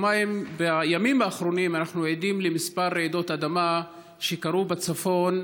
בימים האחרונים אנחנו עדים לכמה רעידות אדמה שקרו בצפון,